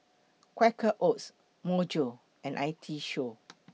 Quaker Oats Myojo and I T Show